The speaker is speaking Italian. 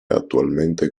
attualmente